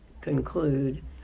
conclude